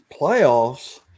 Playoffs